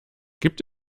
gibt